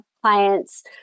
clients